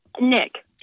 Nick